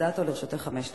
לרשותך חמש דקות.